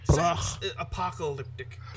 Apocalyptic